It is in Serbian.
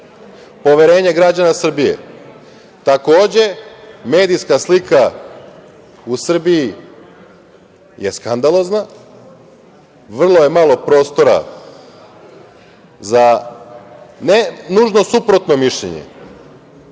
poverenje građana Srbije. Takođe, medijska slika u Srbiji je skandalozna, vrlo je malo prostora, nužno suprotno mišljenje,